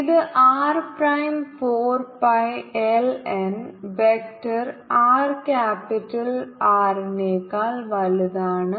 ഇത് r prime 4 pi l n vector r capital R നേക്കാൾ വലുതാണ്